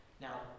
Now